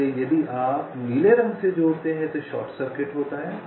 इसलिए यदि आप नीले रंग से जोड़ते हैं तो शॉर्ट सर्किट होता है